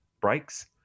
breaks